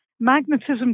Magnetism